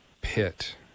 pit